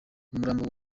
umurambo